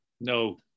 No